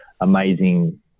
amazing